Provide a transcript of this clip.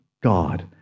God